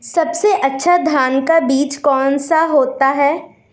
सबसे अच्छा धान का बीज कौन सा होता है?